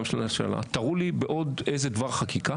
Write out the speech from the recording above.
של הממשלה להראות לי באיזה עוד דבר חקיקה